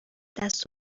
دست